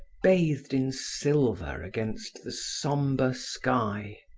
bathed in silver against the sombre sky.